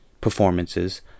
performances